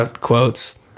quotes